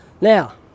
Now